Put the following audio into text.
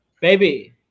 Baby